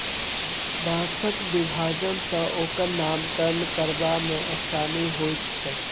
बाँसक विभाजन सॅ ओकर नामकरण करबा मे आसानी होइत छै